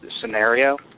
scenario